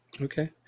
Okay